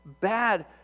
bad